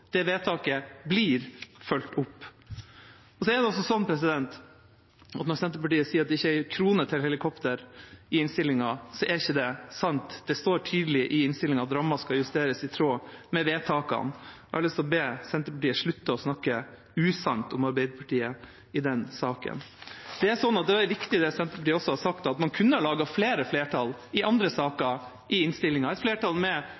det vedtaket blir fulgt opp. Når Senterpartiet sier at det ikke er en krone til helikoptre i innstillinga, så er ikke det sant. Det står tydelig i innstillinga at rammen skal justeres i tråd med vedtakene. Jeg har lyst til å be Senterpartiet slutte å snakke usant om Arbeiderpartiet i den saken. Det er riktig, det Senterpartiet også har sagt, at man kunne ha laget flere flertall i andre saker i innstillinga, et flertall med